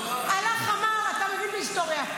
אתה מבין בהיסטוריה.